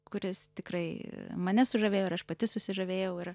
kuris tikrai mane sužavėjo ir aš pati susižavėjau ir